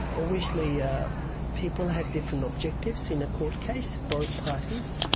obviously yeah people have different objectives in a court case, both parties,